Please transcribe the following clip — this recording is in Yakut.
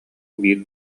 биир